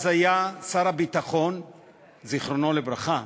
זיכרונו לברכה,